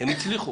הם הצליחו.